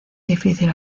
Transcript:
difícil